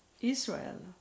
Israel